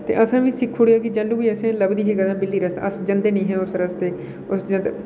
ते असें बी सिक्खी ओड़ेआ की जैलूं असें लभदी ही बिल्ली जेल्लै रस्ता कटदे अस जंदे नेईं हे उस रस्तै ते उस रस्तै